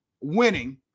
winning